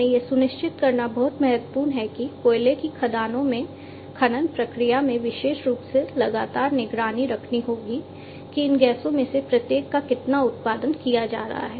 हमें यह सुनिश्चित करना बहुत महत्वपूर्ण है कि कोयले की खदानों में खनन प्रक्रिया में विशेष रूप से लगातार निगरानी रखनी होगी कि इन गैसों में से प्रत्येक का कितना उत्पादन किया जा रहा है